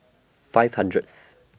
five hundredth